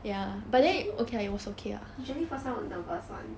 usually usually first one will nervous [one]